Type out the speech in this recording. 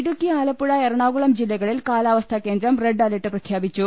ഇടുക്കി ആലപ്പുഴ എറണാകുളം ജില്ലകളിൽ കാലാവസ്ഥാ കേന്ദ്രം റെഡ് അലർട്ട് പ്രഖ്യാപിച്ചു